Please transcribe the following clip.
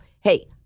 hey